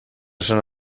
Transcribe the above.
esan